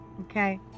okay